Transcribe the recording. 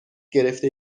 گرفته